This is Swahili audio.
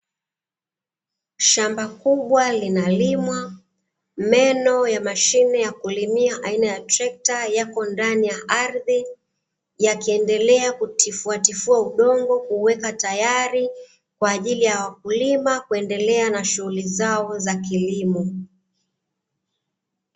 Shamba kubwa linalimwa, meno ya mashine ya kulimia aina ya trekta yako ndani ya ardhi, yakiendelea kutifuatifua udongo kuuweka tayari kwa ajili ya wakulima kuendelea na shughuli zao za kilimo.